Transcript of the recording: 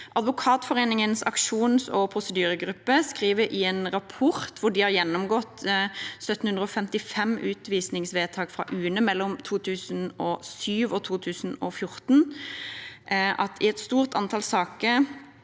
Advokatforeningens aksjons- og prosedyregruppe skriver i en rapport, hvor de har gjennomgått 1 755 utvisningsvedtak fra UNE mellom 2007 og 2014, at i et stort antall saker